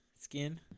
skin